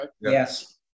Yes